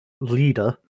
leader